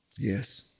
Yes